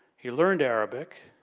he learned arabic.